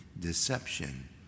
deception